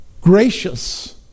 gracious